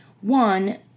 One